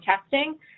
testing